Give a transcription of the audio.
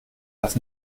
das